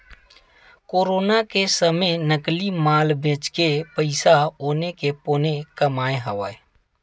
corona के समे नकली माल बेचके पइसा औने के पौने कमाए हवय